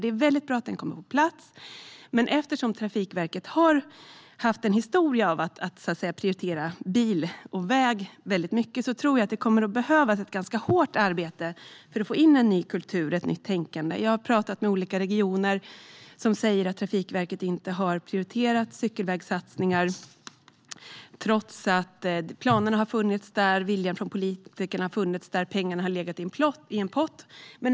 Det är bra att strategin kommer på plats, men eftersom Trafikverket har en historia av att prioritera bil och väg väldigt högt tror jag att det kommer att behövas ett ganska hårt arbete för att få in en ny kultur och ett nytt tänkande. Jag har talat med olika regioner, som säger att Trafikverket inte har prioriterat cykelvägssatsningar. Planerna och viljan från politikerna har funnits, och pengarna har legat i en pott.